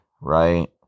right